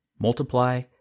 multiply